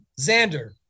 Xander